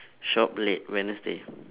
shop late wednesday